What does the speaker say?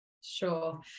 Sure